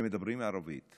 שמדברים ערבית.